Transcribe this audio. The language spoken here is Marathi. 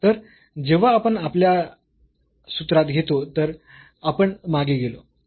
तर जेव्हा आपण आपल्या सूत्रात घेतो जर आपण मागे गेलो